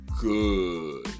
good